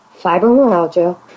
fibromyalgia